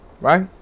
Right